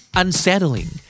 unsettling